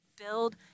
build